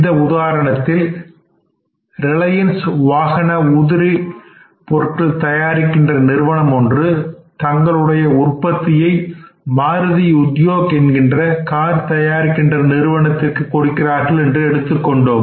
இந்த உதாரணத்தில் ரிலையன்ஸ் வாகன உதிரிபாக நிறுவனமொன்று தங்களுடைய உற்பத்தியை மாருதி உத்யோக் என்கின்ற கார் தயாரிக்கின்ற நிறுவனத்திற்கு கொடுக்கிறார்கள் என்று எடுத்துக் கொண்டோம்